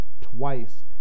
twice